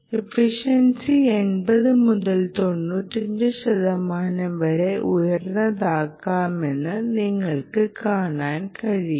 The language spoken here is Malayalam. എഫിഷൻസി 80 മുതൽ 95 ശതമാനം വരെ ഉയർന്നേക്കാമെന്ന് നിങ്ങൾക്ക് കാണാൻ കഴിയും